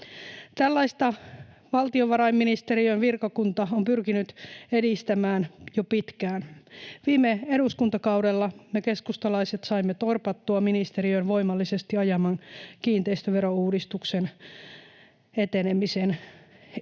Tällaista valtiovarainministeriön virkakunta on pyrkinyt edistämään jo pitkään. Viime eduskuntakaudella me keskustalaiset saimme torpattua ministeriön voimallisesti ajaman kiinteistöverouudistuksen etenemisen —